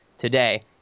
today